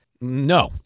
no